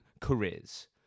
careers